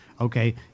okay